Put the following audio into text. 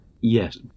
Yes